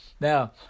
Now